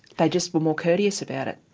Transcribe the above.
they just were more courteous about it.